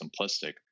simplistic